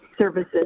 services